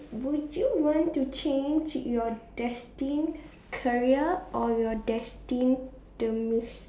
would you want to change your destined career or your destined demise